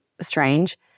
strange